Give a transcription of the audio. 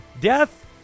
Death